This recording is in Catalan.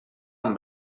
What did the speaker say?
amb